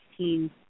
16